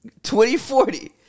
2040